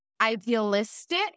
idealistic